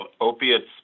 opiates